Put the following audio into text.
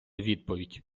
відповідь